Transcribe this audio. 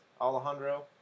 Alejandro